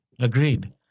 Agreed